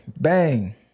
Bang